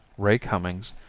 ray cummings,